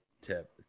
tip